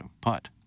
putt